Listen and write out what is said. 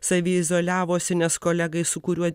saviizoliavosi nes kolegai su kuriuo